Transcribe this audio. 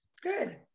Good